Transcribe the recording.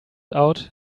out